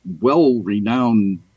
well-renowned